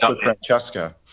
Francesca